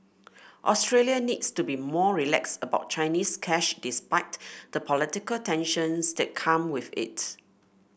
Australia needs to be more relaxed about Chinese cash despite the political tensions that come with it